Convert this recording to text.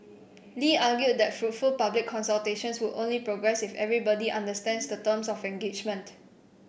Lee argued that fruitful public consultations would only progress if everybody understands the terms of engagement